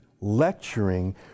lecturing